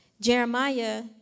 Jeremiah